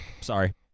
Sorry